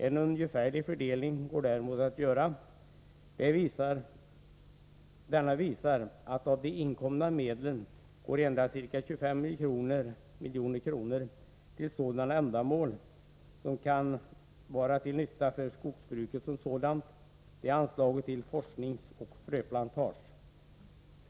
En ungefärlig fördelning går däremot att göra. Denna visar att endast ca 25 milj.kr. av de inkomna medlen går till sådana ändamål som kan vara till nytta för skogsbruket som sådant. Det är anslaget till forskning och fröplantage.